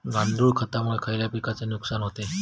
गांडूळ खतामुळे खयल्या पिकांचे नुकसान होते?